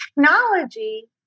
technology